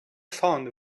found